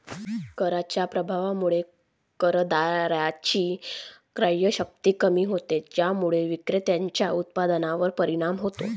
कराच्या प्रभावामुळे करदात्याची क्रयशक्ती कमी होते, ज्यामुळे विक्रेत्याच्या उत्पन्नावर परिणाम होतो